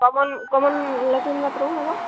common common latrine bathroom ହେବ